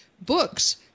books